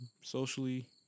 socially